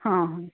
ହଁ ହଁ